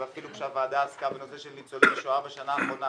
ואפילו כאשר הוועדה עסקה בנושא של ניצולי שואה בשנה האחרונה,